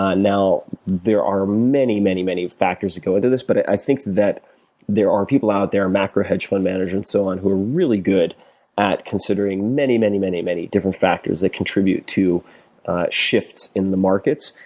now, there are many, many, many factors that go into this, but i think that there are people out there, macro hedge fund managers and so on, who are really good at considering many, many, many, many different factors that contribute to shifts in the markets.